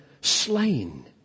slain